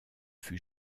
fut